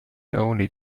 only